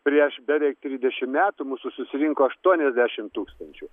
prieš beveik trisdešim metų mūsų susirinko aštuoniasdešimt tūkstančių